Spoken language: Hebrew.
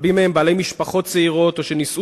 רבים מהם בעלי משפחות צעירות או שנישאו